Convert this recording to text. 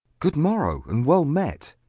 good morrow, and well met.